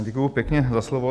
Děkuji pěkně za slovo.